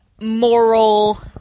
Moral